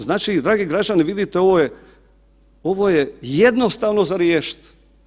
Znači dragi građani vidite ovo je jednostavno za riješiti.